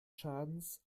schadens